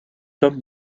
tom